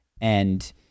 And-